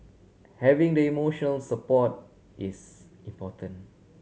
having the emotional support is important